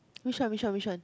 which one which one which one